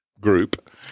group